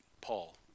Paul